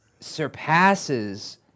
surpasses